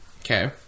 okay